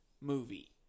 movie